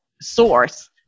source